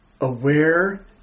aware